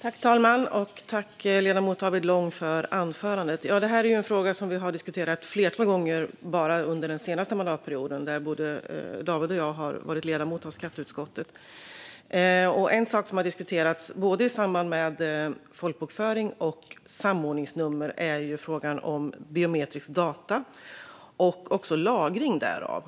Herr talman! Tack, ledamot David Lång, för anförandet! Det här är en fråga som vi har diskuterat ett flertal gånger bara under den senaste mandatperioden när både David Lång och jag har varit ledamöter i skatteutskottet. En sak som har diskuterats i samband med både folkbokföring och samordningsnummer är frågan om biometriska data och också lagring därav.